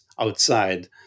outside